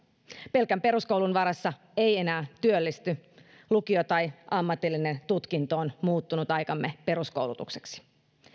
pelkän peruskoulun varassa ei enää työllisty lukio tai ammatillinen tutkinto on muuttunut aikamme peruskoulutukseksi